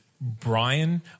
Brian